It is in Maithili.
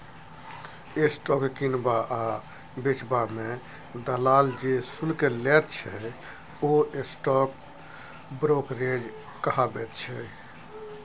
स्टॉक किनबा आ बेचबा मे दलाल जे शुल्क लैत छै ओ स्टॉक ब्रोकरेज कहाबैत छै